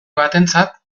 batentzat